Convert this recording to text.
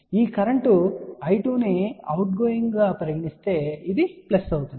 ఈ current I2 ను outgoing గా పరిగణిస్తే ఇది ప్లస్ అవుతుంది